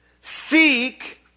Seek